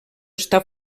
està